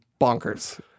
bonkers